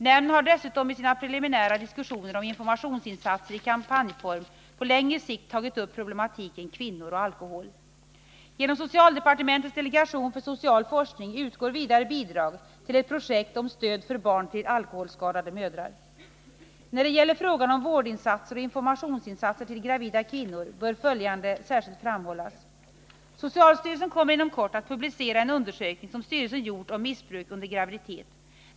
Nämnden har dessutom i sina preliminära diskussioner om informationsinsatser i kampanjform på längre Nr 152 sikt tagit upp problematiken kvinnor och alkohol. Fredagen den Genom socialdepartementets delegation för social forskning utgår vidare 23 maj 1980 bidrag till ett projekt om stöd för barn till alkoholskadade mödrar. När det gäller frågan om vårdinsatser och informationsinsatser till gravida — Om det ökande kvinnor bör följande särskilt framhållas. alkoholmissbruket Socialstyrelsen kommer inom kort att publicera en undersökning som = bland kvinnor styrelsen gjort om missbruk under graviditet.